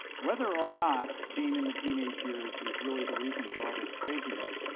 whether or not being in the teenage years is really the reason for all this craziness,